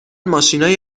ماشینای